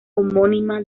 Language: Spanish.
homónima